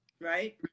right